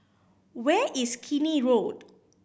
where is Keene Road